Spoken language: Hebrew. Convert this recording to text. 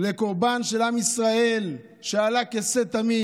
לקורבן של עם ישראל שעלה כשה תמים.